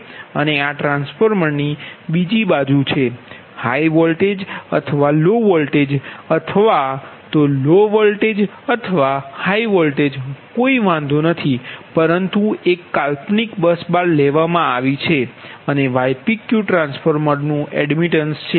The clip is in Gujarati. અને આ ટ્રાન્સફોર્મરની બીજી બાજુ છે હાઇ વોલ્ટેજ અથવા લો વોલ્ટેજ અથવા લો વોલ્ટેજ અથવા હાઇ વોલ્ટેજ વાંધો નથી પરંતુ એક કાલ્પનિક બસ બાર લેવામાં આવી છે અને ypqટ્રાન્સફોર્મરનુ એડમિટન્સ છે